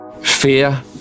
Fear